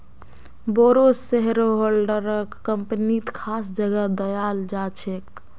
बोरो शेयरहोल्डरक कम्पनीत खास जगह दयाल जा छेक